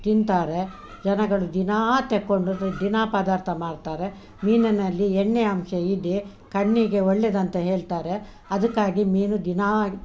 ತಿಂತಾರೆ ಜನಗಳು ದಿನ ತೆಕ್ಕೊಂಡು ದಿನ ಪದಾರ್ಥ ಮಾಡ್ತಾರೆ ಮೀನನಲ್ಲಿ ಎಣ್ಣೆ ಅಂಶ ಇದೆ ಕಣ್ಣಿಗೆ ಒಳ್ಳೆಯದಂತ ಹೇಳ್ತಾರೆ ಅದಕ್ಕಾಗಿ ಮೀನು ದಿನ